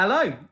Hello